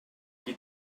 qui